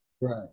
Right